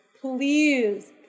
please